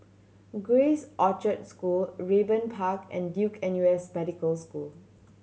Grace Orchard School Raeburn Park and Duke N U S Medical School